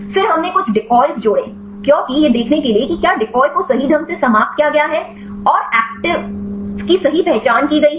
फिर हमने कुछ डिकॉय जोड़े क्योंकि यह देखने के लिए कि क्या डिकॉय को सही ढंग से समाप्त किया गया है और एक्टिविस्ट्स की सही पहचान की गई है